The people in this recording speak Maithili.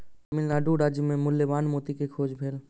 तमिल नाडु राज्य मे मूल्यवान मोती के खोज भेल